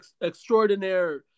extraordinary